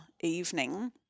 evening